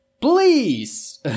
please